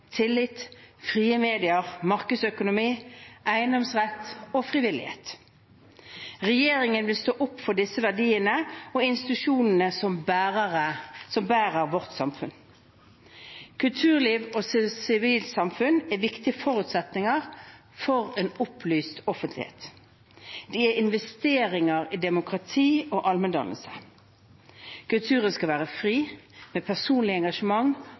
tillit, frie medier, markedsøkonomi, eiendomsrett og frivillighet. Regjeringen vil stå opp for disse verdiene og institusjonene som bærer vårt samfunn. Kulturliv og sivilsamfunn er viktige forutsetninger for en opplyst offentlighet. De er investeringer i demokrati og allmenndannelsen. Kulturen skal være fri med personlig engasjement